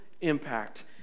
impact